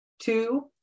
Two